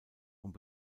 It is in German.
und